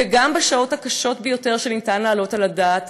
גם בשעות הקשות ביותר שאפשר להעלות על הדעת,